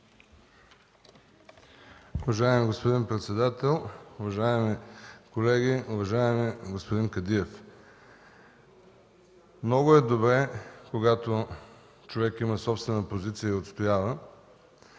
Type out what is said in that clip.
Уважаеми господин председател, уважаеми колеги, уважаеми господин Кадиев! Много е добре, когато човек има собствена позиция и я отстоява,